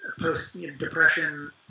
post-Depression